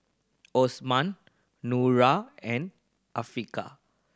Osman Nura and Afiqah